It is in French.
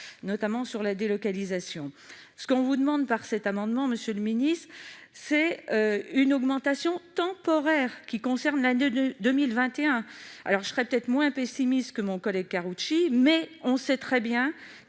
notamment sur la délocalisation, ce qu'on vous demande par cet amendement, Monsieur le Ministre, c'est une augmentation temporaire qui concerne l'un de de 2021, alors je serais peut-être moins pessimiste que mon collègue Karoutchi mais on sait très bien